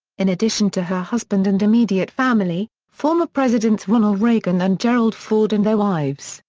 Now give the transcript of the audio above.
in addition to her husband and immediate family, former presidents ronald reagan and gerald ford and their wives,